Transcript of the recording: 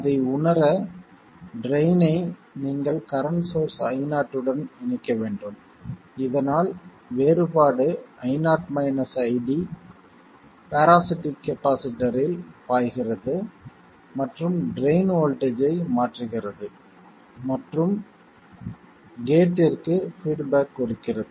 அதை உணர ட்ரைன் ஐ நீங்கள் கரண்ட் சோர்ஸ் Io உடன் இணைக்க வேண்டும் இதனால் வேறுபாடு பேராசிட்டிக் கப்பாசிட்டர்ரில் பாய்கிறது மற்றும் ட்ரைன் வோல்ட்டேஜ் ஐ மாற்றுகிறது மற்றும் கேட்டிற்கு பீட்பேக் கொடுக்கிறது